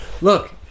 Look